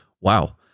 wow